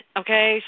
okay